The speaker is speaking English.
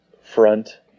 front